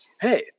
Hey